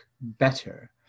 better